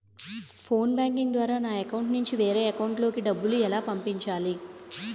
Phone banking ద్వారా నా account నుంచి వేరే అకౌంట్ లోకి డబ్బులు ఎలా పంపించాలి?